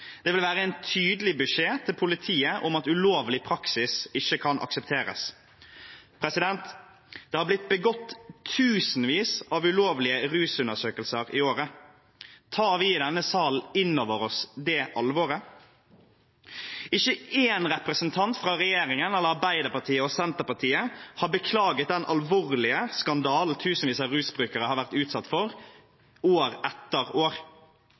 Det vil være en tydelig beskjed til politiet om at ulovlig praksis ikke kan aksepteres. Det har blitt begått tusenvis av ulovlige rusundersøkelser i året. Tar vi i denne salen innover oss det alvoret? Ikke én representant fra regjeringen eller Arbeiderpartiet og Senterpartiet har beklaget den alvorlige skandalen tusenvis av rusbrukere har vært utsatt for år etter år.